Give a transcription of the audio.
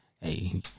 Hey